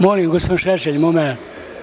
Molim, gospodine Šešelj, momenat.